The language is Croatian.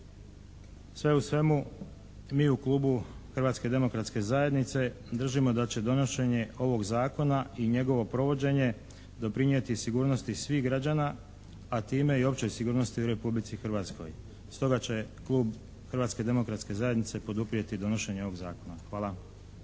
Sve u svemu, mi u Klubu Hrvatske demokratske zajednice držimo da će donošenje ovog Zakona i njegovo provođenje doprinijeti sigurnosti svih građana, a time i opće sigurnosti u Republici Hrvatskoj. Stoga će Klub Hrvatske demokratske zajednice poduprijeti donošenje ovog Zakona. Hvala.